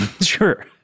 Sure